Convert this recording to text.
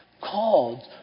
Called